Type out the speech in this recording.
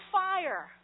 fire